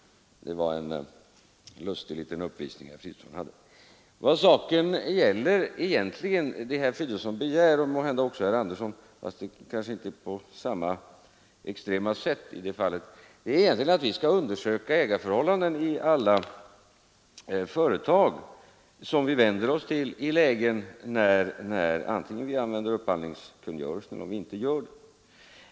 Det var en lustig liten uppvisning som herr Fridolfsson 29 november 1973 hade. Vad herr Fridolfsson begär — och måhända även herr Andersson i Örebro, fast kanske inte på samma extrema sätt — är egentligen att vi skall undersöka ägarförhållandena i alla företag som vi vänder oss till, antingen vi tillämpar upphandlingskungörelsen eller inte.